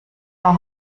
war